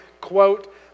quote